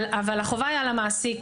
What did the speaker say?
החובה היא על המעסיק.